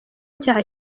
cyaha